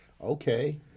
Okay